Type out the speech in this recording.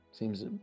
Seems